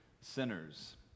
sinners